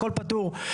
הכל פטור.